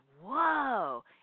whoa